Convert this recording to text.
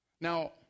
Now